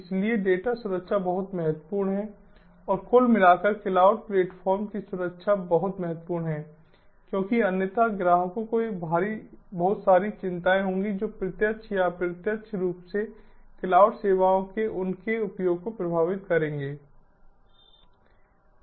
इसलिए डेटा सुरक्षा बहुत महत्वपूर्ण है और कुल मिलाकर क्लाउड प्लेटफ़ॉर्म की सुरक्षा बहुत महत्वपूर्ण है क्योंकि अन्यथा ग्राहकों को बहुत सारी चिंताएँ होंगी जो प्रत्यक्ष या अप्रत्यक्ष रूप से क्लाउड सेवाओं के उनके उपयोग को प्रभावित करेंगे